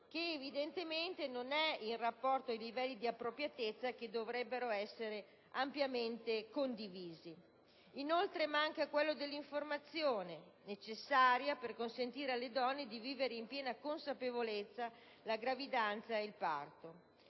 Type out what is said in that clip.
che evidentemente non è in rapporto ai livelli di appropriatezza che dovrebbero essere ampiamente condivisi. Inoltre manca quello dell'informazione, necessaria per consentire alle donne di vivere in piena consapevolezza la gravidanza ed il parto.